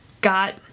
got